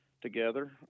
together